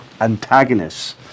antagonists